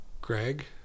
Greg